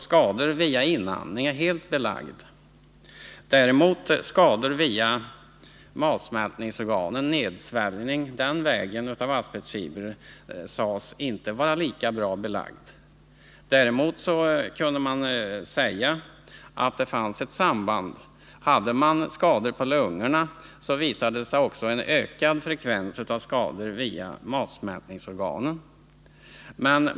Skador via inandning är, som jag sade, alldeles klarlagda. Skador på matsmältningsorganen på grund av nedsväljning av asbestfibrer anses inte vara lika klart belagda. Däremot kunde man säga att det finns ett samband. Hos personer med skador på lungorna visade det sig också en ökad frekvens av skador i matsmältningsorganen.